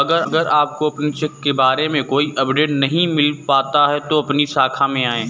अगर आपको अपने चेक के बारे में कोई अपडेट नहीं मिल पाता है तो अपनी शाखा में आएं